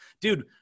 Dude